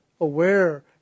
aware